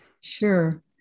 Sure